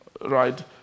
Right